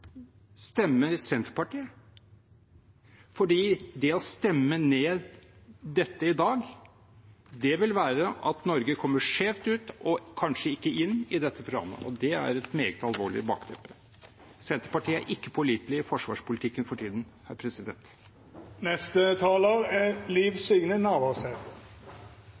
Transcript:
stemmer Senterpartiet? For det å stemme ned dette i dag vil bety at Norge kommer skjevt ut og kanskje ikke inn i dette programmet, og det er et meget alvorlig bakteppe. Senterpartiet er ikke pålitelige i forsvarspolitikken for tiden.